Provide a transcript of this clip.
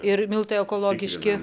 ir miltai ekologiški